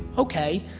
okay.